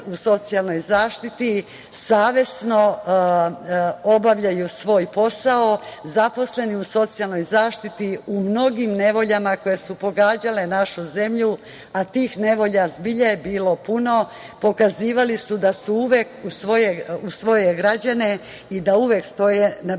u socijalnoj zaštiti savesno obavljaju svoj posao. Zaposleni u socijalnoj zaštiti u mnogim nevoljama koje su pogađale našu zemlju, a tih nevolja zbilja je bilo puno, pokazivali da su uvek uz svoje građane i da uvek stoje na braniku